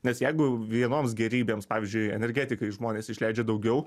nes jeigu vienoms gėrybėms pavyzdžiui energetikai žmonės išleidžia daugiau